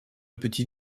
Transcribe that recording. petit